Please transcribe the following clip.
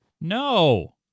No